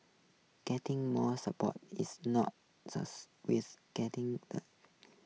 getting more support is not with getting the